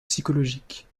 psychologiques